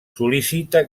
sol·licita